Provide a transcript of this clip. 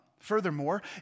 Furthermore